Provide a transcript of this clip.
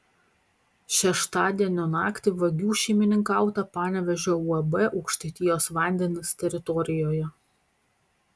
šeštadienio naktį vagių šeimininkauta panevėžio uab aukštaitijos vandenys teritorijoje